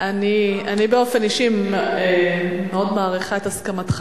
אני באופן אישי מאוד מעריכה את הסכמתך